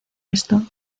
esto